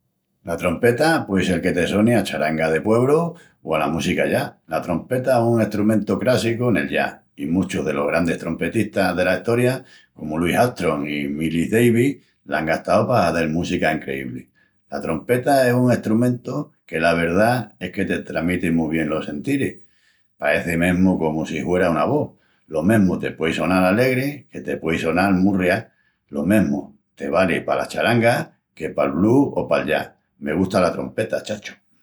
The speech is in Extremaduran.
La trompeta puei sel que te soni a charanga del puebru o ala música jazz. La trompeta es un estrumentu crássicu nel jazz, i muchus delos grandis trompetistas dela estoria, comu Louis Armstrong i Miles Davis, l'án gastau pa hazel música encreíbli. La trompeta es un estrumentu que la verdá es que te tramiti mu bien los sentiris, pareci mesmu comu si huera una vos. Lo mesmu te puei sonal alegri que te puei sonal murria, lo mesmu te vali pala charanga que pal blues o pal jazz. Me gusta la trompeta, chacho!